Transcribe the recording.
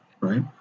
right